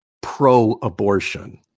pro-abortion